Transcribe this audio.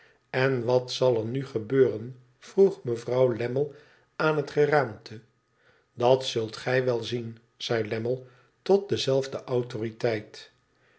n wat zal er nu gebeuren vroeg mevrouw lammie aan het geraamte f dat zult gij wel zien zei lammie tot dezelfde autoriteit